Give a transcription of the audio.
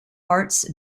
arts